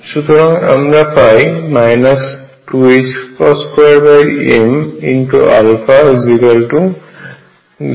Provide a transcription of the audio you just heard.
সুতরাং আমরা পাই 22mαZe24π0